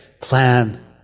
plan